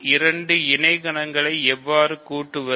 இரண்டு இணைகணகளை எவ்வாறு கூட்டுவது